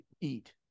eat